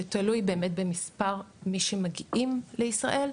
שתלוי באמת במספר מי שמגיעים לישראל.